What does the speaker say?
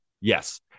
yes